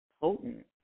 potent